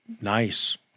nice